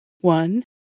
One